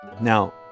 Now